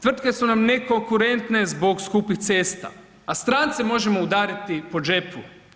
Tvrtke su nam nekonkurentne zbog skupih cesta a strance možemo udariti po džepu.